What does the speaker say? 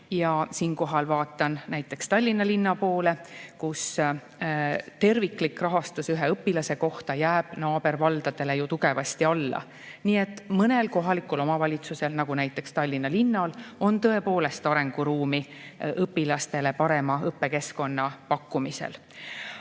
Siinkohal vaatan näiteks Tallinna linna poole, kus terviklik rahastus ühe õpilase kohta jääb naabervaldadele tugevasti alla. Nii et mõnel kohalikul omavalitsusel, näiteks Tallinna linnal, on tõepoolest arenguruumi õpilastele parema õppekeskkonna pakkumisel. Aga